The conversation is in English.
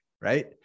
right